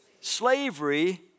Slavery